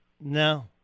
No